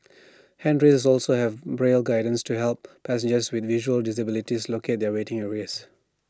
handrails also have braille guidance to help passengers with visual disabilities locate their waiting areas